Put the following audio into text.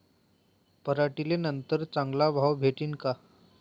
पराटीले नंतर चांगला भाव भेटीन का?